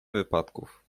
wypadków